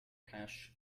cache